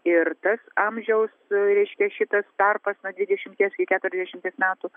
ir tas amžiaus reiškia šitas tarpas nuo dvidešimties iki keturiasdešimties metų